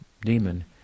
demon